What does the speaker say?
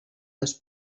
dos